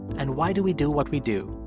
and why do we do what we do?